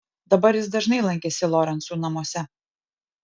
dabar jis dažnai lankėsi lorencų namuose